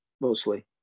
mostly